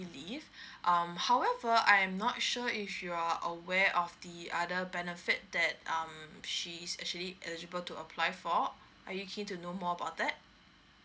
leave um however I'm not sure if you're aware of the other benefit that um she is actually eligible to apply for are you keen to know more about that